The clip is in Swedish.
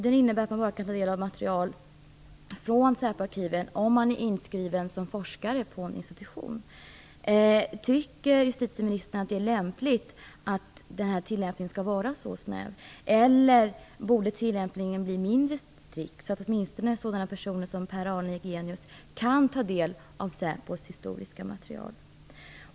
Den innebär att man bara kan ta del av material från säpoarkiven om man är inskriven som forskare på en institution. Tycker justitieministern att det är lämpligt att tilllämpningen är så snäv, eller borde tillämpningen bli mindre strikt, så att åtminstone personer som Pär Arne Jigenius kan ta del av säpos historiska material?